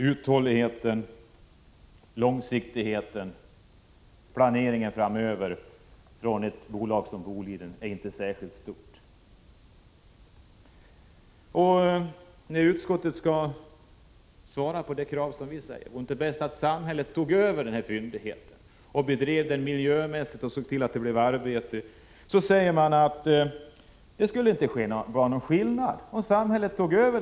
Uthållighet, långsiktighet och planering för framtiden finns inte i någon särskilt stor utsträckning hos ett företag som Boliden. Vi har ställt följande fråga: Vore det inte bäst att samhället tog över denna fyndighet, bearbetade den miljömässigt och såg till att det blev arbetstillfällen? På detta svarar utskottet att det inte blir någon skillnad om samhället tar över.